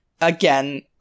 Again